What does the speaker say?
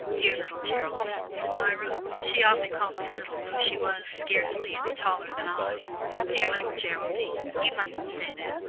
dear little geraldine, said myra she often called me little though she was scarcely any taller than i dear little geraldine, you mustn't say that.